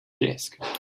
desk